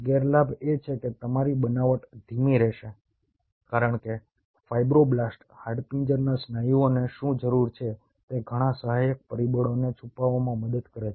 ગેરલાભ એ છે કે તમારી બનાવટ ધીમી રહેશે કારણ કે ફાઈબ્રોબ્લાસ્ટ હાડપિંજરના સ્નાયુઓને શું જરૂર છે તે ઘણા સહાયક પરિબળોને છુપાવવામાં મદદ કરે છે